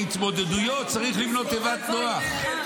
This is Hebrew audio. בהתמודדויות צריך לבנות תיבת נוח.